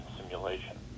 simulation